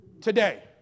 today